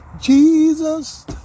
Jesus